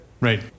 Right